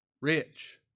rich